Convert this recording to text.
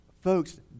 Folks